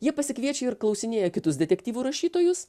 jie pasikviečia ir klausinėja kitus detektyvų rašytojus